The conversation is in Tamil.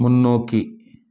முன்னோக்கி